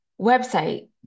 website